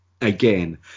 again